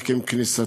רק עם כניסתי,